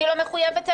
אני לא מחויבת אליכם.